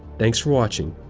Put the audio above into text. thanks for watching.